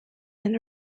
than